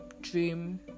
dream